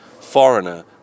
foreigner